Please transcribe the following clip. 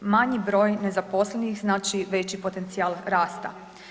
Manji broj nezaposlenih znači veći potencijal rasta.